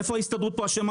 איפה ההסתדרות פה אשמה?